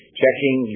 checking